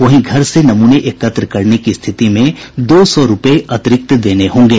वहीं घर से नमूने एकत्र करने की स्थिति में दो सौ रूपये अतिरिक्त देने होंगे